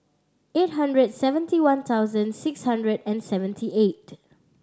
eight hundred seventy one thousand six hundred and seventy eight